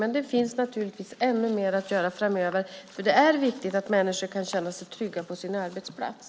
Men det finns naturligtvis ännu mer att göra framöver, för det är viktigt att människor kan känna sig trygga på sin arbetsplats.